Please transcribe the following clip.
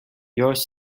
yours